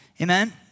Amen